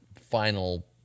final